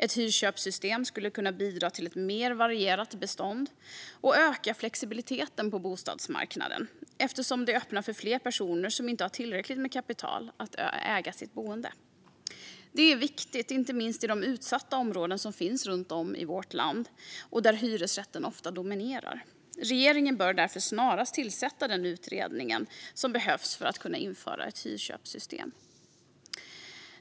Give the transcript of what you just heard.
Ett hyrköpssystem skulle kunna bidra till ett mer varierat bestånd och öka flexibiliteten på bostadsmarknaden eftersom det öppnar för fler personer som inte har tillräckligt med kapital att äga sitt boende. Det är viktigt inte minst i de utsatta områden som finns runt om i vårt land, där hyresrätten ofta dominerar. Regeringen bör därför snarast tillsätta en utredning i syfte att kunna införa ett hyrköpssystem.